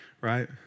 Right